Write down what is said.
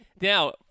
now